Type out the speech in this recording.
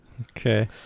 Okay